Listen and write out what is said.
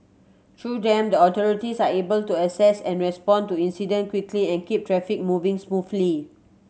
through them the authorities are able to assess and respond to incident quickly and keep traffic moving smoothly